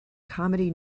comedy